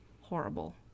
Horrible